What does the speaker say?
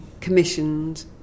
commissioned